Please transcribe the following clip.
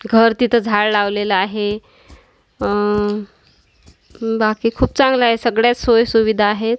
घर तिथं झाड लावलेलं आहे बाकी खूप चांगलं आहे सगळ्या सोयसुविधा आहेत